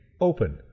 open